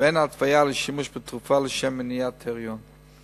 ואין התוויה לשימוש בתרופה לשם מניעת היריון.